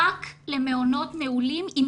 רק למעונות נעולים עם